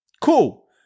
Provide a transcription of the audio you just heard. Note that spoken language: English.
Cool